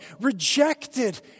rejected